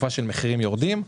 בתקופה שהמחירים יורדים,